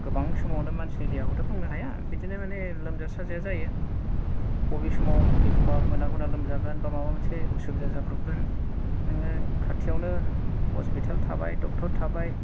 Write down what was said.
गोबां समावनो मानसिनि देहाखौथ' बुंनो हाया बिदिनो माने लोमजा साजाया जायो बबे समाव एखम्बा मोना हना लोमजागोन बा माबा मोनसे असुबिदा जाब्रबगोन नोङो खाथियावनो हस्पिताल थाबाय डक्टर थाबाय